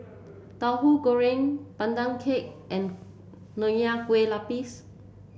Tahu Goreng Pandan Cake and Nonya Kueh Lapis